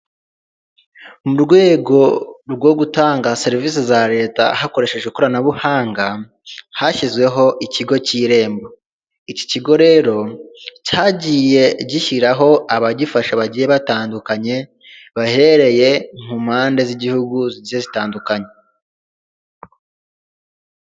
Mu rwego rwo gutanga serivisi za leta hakoreshejwe ikoranabuhanga, hashyizweho ikigo cy'irembo, iki kigo rero cyagiye gishyiraho abagifasha bagiye batandukanye, bahereye ku mpande z'igihugu zigiye zitandukanye.